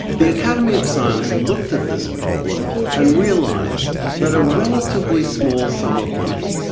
the academy of science looked at this problem and realised that a relatively small sum of money,